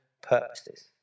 purposes